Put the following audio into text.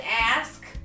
ask